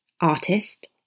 artist